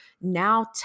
now